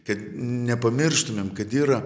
kad nepamirštumėm kad yra